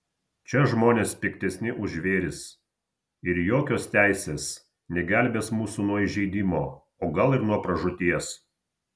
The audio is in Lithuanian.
čia žmonės piktesni už žvėris ir jokios teisės negelbės mūsų nuo įžeidimo o gal ir nuo pražūties